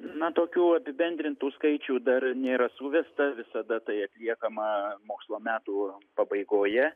na tokių apibendrintų skaičių dar nėra suvesta visada tai atliekama mokslo metų pabaigoje